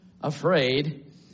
afraid